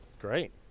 Great